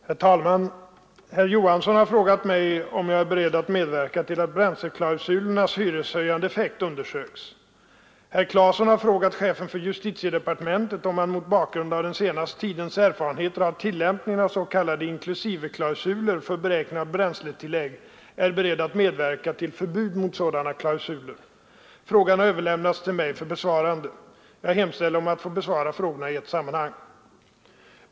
Herr talman! Herr Olof Johansson i Stockholm har frågat mig om jag är beredd att medverka till att bränsleklausulernas hyreshöjande effekt undersöks. Herr Claeson har frågat chefen för justitiedepartementet om han mot bakgrunden av den senaste tidens erfarenheter av tillämpningen av s.k. inklusiveklausuler för beräkning av bränsletillägg är beredd att medverka till förbud mot sådana klausuler. Frågan har överlämnats till mig för besvarande. Jag hemställer om att få besvara frågorna i ett sammanhang.